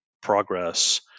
progress